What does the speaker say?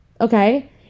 okay